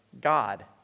God